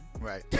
Right